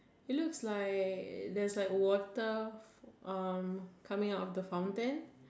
it looks like there is like water um coming out of the fountain